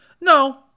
No